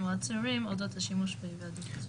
או עצורים אודות השימוש בהיוועדות חזותית".